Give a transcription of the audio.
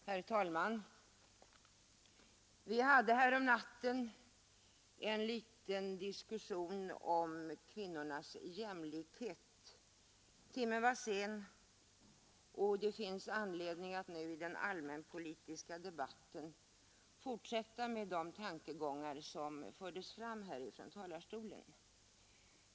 Herr talman! Vi hade häromnatten en liten diskussion om kvinnornas jämlikhet. Timmen var sen, och det finns anledning att nu i den allmänpolitiska debatten fortsätta med de tankegångar som fördes fram här från talarstolen.